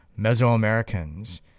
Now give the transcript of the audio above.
Mesoamericans